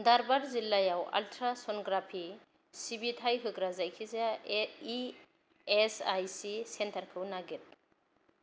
धारवाद जिल्लायाव ultrasonography सिबिथाय होग्रा जायखिजाया इएसआइसि सेन्टारखौ नागिर